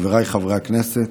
חבריי חברי הכנסת,